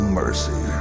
mercy